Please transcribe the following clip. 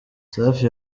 safi